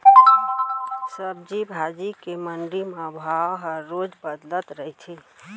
सब्जी भाजी के मंडी म भाव ह रोज बदलत रहिथे